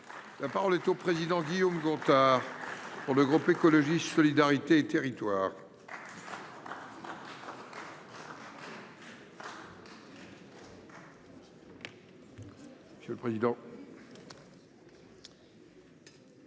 La parole est à M. Guillaume Gontard, pour le groupe Écologiste – Solidarité et Territoires. Monsieur le président,